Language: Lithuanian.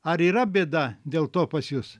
ar yra bėda dėl to pas jus